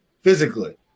physically